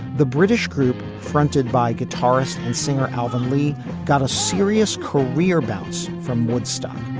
the british group fronted by guitarist and singer alvin lee got a serious career bounce from woodstock